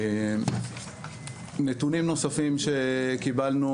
נתונים נוספים שקיבלנו,